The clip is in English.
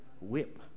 whip